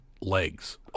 legs